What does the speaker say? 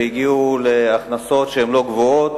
הגיעו להכנסות שאינן גבוהות,